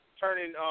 turning